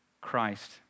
Christ